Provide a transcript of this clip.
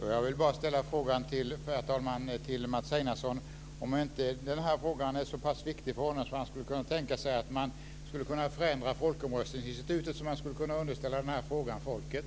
Herr talman! Jag vill bara ställa en fråga till Mats Einarsson: Är inte denna angelägenhet så pass viktig för honom att han skulle kunna tänka sig att förändra folkomröstningsinstitutet, så att den här frågan kan underställas folket?